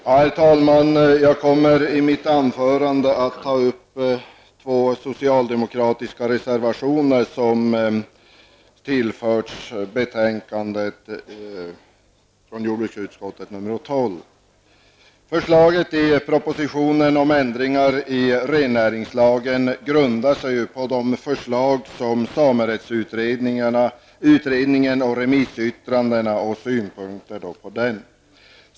Herr talman! Jag kommer i mitt anförande att tala om två socialdemokratiska reservationer till jordbruksutskottets betänkande nr 12. Förslaget i propositionen om ändring i rennäringslagen grundar sig på samerättsutredningens förslag och de synpunkter som framkommit i remissyttrandena.